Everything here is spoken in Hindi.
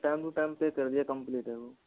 टाइम टू टाइम पे कर दिया कम्पलीट है वो